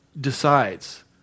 decides